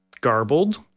garbled